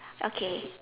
okay